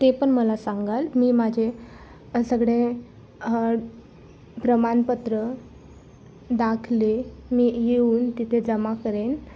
ते पण मला सांगाल मी माझे अ सगळे प्रमाणपत्र दाखले मी येऊन तिथे जमा करेन